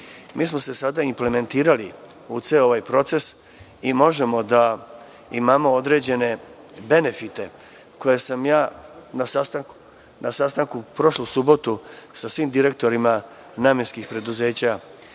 smo se sada implementirali u ceo ovaj proces i možemo da imamo određene benefite, koje sam ja na sastanku prošle subote sa svim direktorima namenskih preduzeća